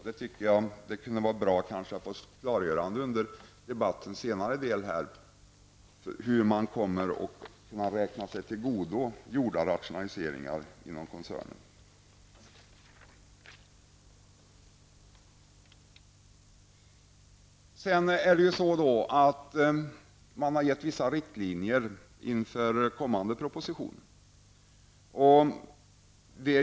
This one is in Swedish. Jag tycker att det kanske vore bra att under debattens senare del få ett klargörande av detta -- hur kommer man att kunna tillgodoräkna sig gjorda rationaliseringar inom koncernen? Man har gett vissa riktlinjer inför kommande propositioner.